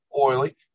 oily